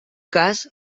cas